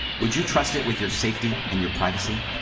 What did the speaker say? would you trust it with your safety and your privacy?